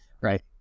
Right